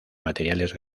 materiales